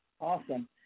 Awesome